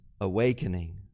awakening